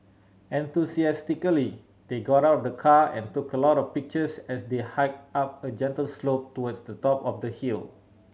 enthusiastically they got out of the car and took a lot of pictures as they hiked up a gentle slope towards the top of the hill